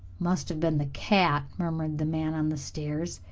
must have been the cat, murmured the man on the stairs.